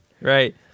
Right